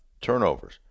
Turnovers